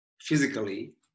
physically